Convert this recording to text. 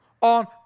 on